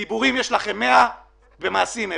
בגלל ההתנהלות של ממשלת ישראל.